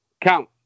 Count